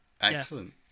Excellent